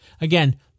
Again